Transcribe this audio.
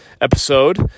episode